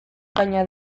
gaina